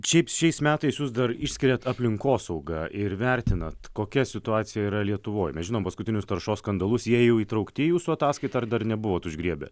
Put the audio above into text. šiaip šiais metais jus dar išskiriat aplinkosaugą ir vertinat kokia situacija yra lietuvoj mes žinom paskutinius taršos skandalus jie jau įtraukti į jūsų ataskaitą ar dar nebuvot užgriebę